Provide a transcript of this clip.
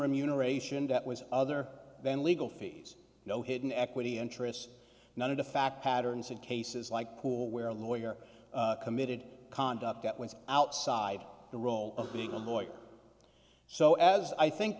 remuneration that was other than legal fees no hidden equity interests none of the fact patterns in cases like pool where a lawyer committed conduct that went outside the role of being a lawyer so as i think